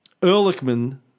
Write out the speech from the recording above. Ehrlichman